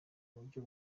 buryo